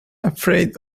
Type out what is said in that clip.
afraid